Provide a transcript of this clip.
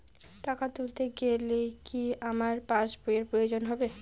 টাকা তুলতে গেলে কি আমার পাশ বইয়ের প্রয়োজন হবে?